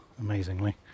amazingly